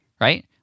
right